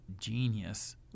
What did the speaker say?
genius